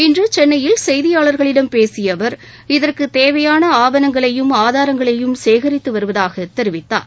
இன்று சென்னையில் செய்தியாளர்களிடம் பேசிய அவர் இதற்கு தேவையான ஆவணங்களையும் ஆதாரங்களையும் சேகரித்து வருவதாக தெரிவித்தார்